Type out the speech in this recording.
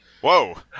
Whoa